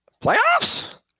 Playoffs